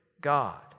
God